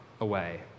away